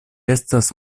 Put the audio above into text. estas